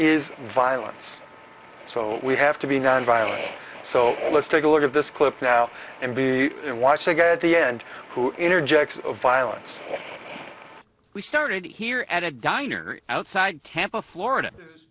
is violence so we have to be nonviolent so let's take a look at this clip now and be in watching it at the end who interjects the violence we started here at a diner outside tampa florida